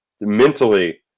Mentally